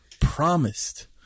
promised